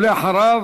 אחריו,